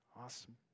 Awesome